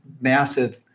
massive